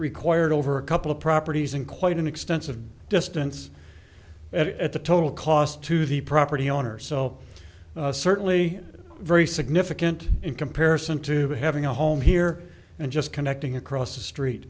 required over a couple of properties and quite an extensive distance at the total cost to the property owner so certainly very significant in comparison to having a home here and just connecting across the street